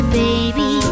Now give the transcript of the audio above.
baby